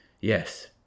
yes